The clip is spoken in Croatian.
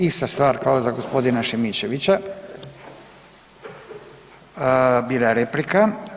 Ista stvar kao za gospodina Šimičevića, bila je replika.